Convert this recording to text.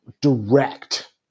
direct